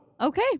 Okay